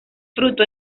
fruto